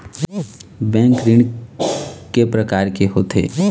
Bank ऋण के प्रकार के होथे?